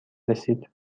رسید